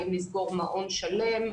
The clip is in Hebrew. האם לסגור מעון שלם,